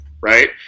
right